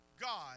God